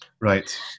Right